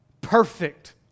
Perfect